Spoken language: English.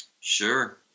Sure